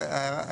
ב-(10).